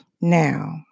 Now